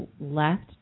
left